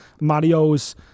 Mario's